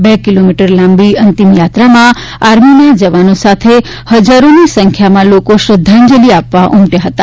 બે કિલોમીટર લાંબી અંતિમયાત્રામાં આર્મીના જવાનો સાથે હજારોની સંખ્યામાં લોકો શ્રદ્ધાંજલિ આપવા ઉમટ્યા હતા